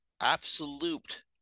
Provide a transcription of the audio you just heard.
absolute